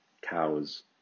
cows